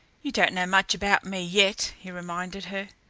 you don't know much about me yet, he reminded her.